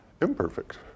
imperfect